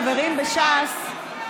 חברים בש"ס,